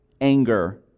anger